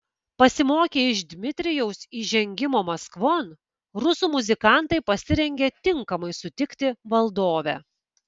pasimokę iš dmitrijaus įžengimo maskvon rusų muzikantai pasirengė tinkamai sutikti valdovę